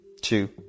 two